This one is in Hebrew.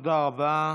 תודה רבה.